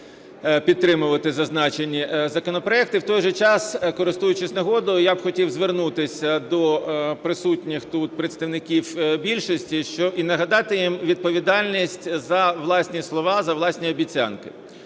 підтримувати зазначені законопроекти. В той же час, користуючись нагодою, я б хотів звернутися до присутніх тут представників більшості і нагадати їм відповідальність за власні слова, за власні обіцянки.